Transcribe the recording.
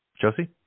Josie